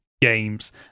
games